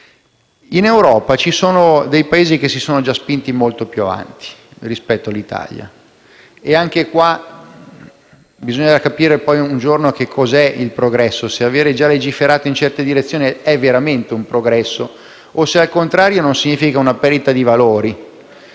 in Europa ci sono Paesi che si sono già spinti molto più avanti rispetto all'Italia. A tale proposito bisognerà capire, un giorno, che cos'è il progresso e se avere già legiferato in certe direzioni è veramente un progresso o se, al contrario, non significhi una perdita di valori